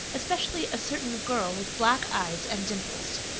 especially a certain girl with black eyes and dimples.